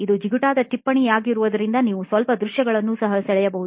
ಇದು ಜಿಗುಟಾದ ಟಿಪ್ಪಣಿಯಾಗಿರುವುದರಿಂದ ನೀವು ಸ್ವಲ್ಪ ದೃಶ್ಯಗಳನ್ನು ಸಹ ಸೆಳೆಯಬಹುದು